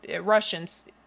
Russians